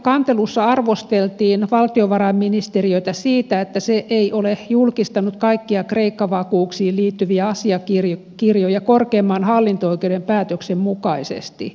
kantelussa arvosteltiin valtiovarainministeriötä siitä että se ei ole julkistanut kaikkia kreikka vakuuksiin liittyviä asiakirjoja korkeimman hallinto oikeuden päätöksen mukaisesti